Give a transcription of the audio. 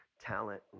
talent